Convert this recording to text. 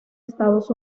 estados